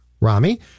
Rami